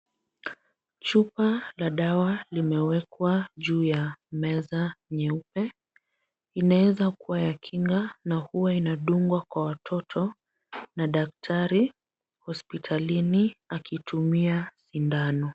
Chupa la dawa limewekwa juu ya meza nyeupe. Linaweza kuwa ya kinga na huwa inadungwa kwa watoto na daktari hospitalini akitumia sindano.